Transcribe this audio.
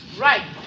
Right